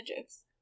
jokes